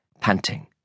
panting